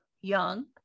young